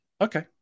Okay